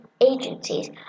agencies